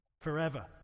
forever